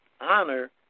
honor